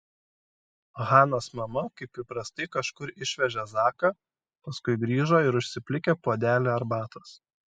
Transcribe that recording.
hanos mama kaip įprastai kažkur išvežė zaką paskui grįžo ir užsiplikė puodelį arbatos